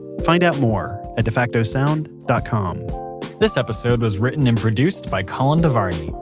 find out more at defactosound dot com this episode was written and produced by colin devarney.